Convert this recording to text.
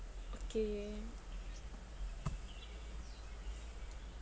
okay